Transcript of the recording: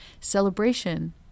Celebration